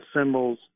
symbols